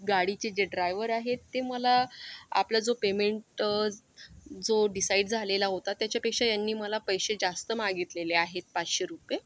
गाडीचे जे ड्रायवर आहेत ते मला आपलं जो पेमेंट जो डिसाईड झालेला होता त्याच्यापेक्षा यांनी मला पैसे जास्त मागितलेले आहेत पाचशे रुपये